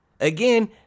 Again